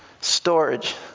storage